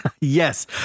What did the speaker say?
yes